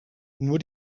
nur